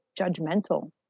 judgmental